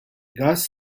gus